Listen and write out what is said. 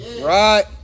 Right